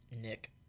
Nick